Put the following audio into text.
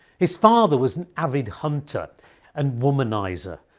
his father was an avid hunter and womanizer,